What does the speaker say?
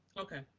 okay.